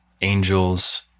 angels